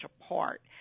apart